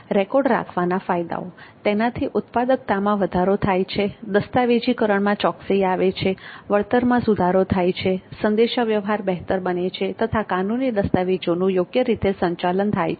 record રાખવાના ફાયદાઓ તેનાથી ઉત્પાદકતામાં વધારો થાય છે દસ્તાવેજીકરણમાં ચોકસાઈ આવે છે વળતરમાં સુધારો થાય છે સંદેશાવ્યવહાર બહેતર બને છે તથા કાનૂની દસ્તાવેજોનુ યોગ્ય રીતે સંચાલન થાય છે